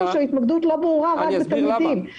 כפי שההתמקדות רק בתלמידים לא ברורה.